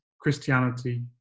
Christianity